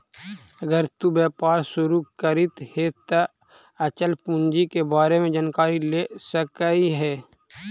अगर तु व्यापार शुरू करित हे त अचल पूंजी के बारे में जानकारी ले सकऽ हे